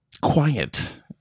quiet